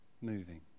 moving